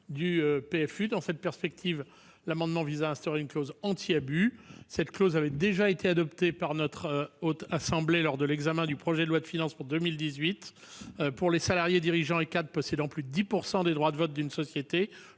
du PFU. Dans cette perspective, notre amendement vise à instaurer une clause anti-abus, que la Haute Assemblée a déjà adoptée lors de l'examen du projet de loi de finances pour 2018. Pour les salariés, dirigeants et cadres possédant plus de 10 % des droits de vote d'une société,